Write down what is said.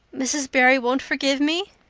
mrs. barry won't forgive me?